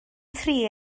tri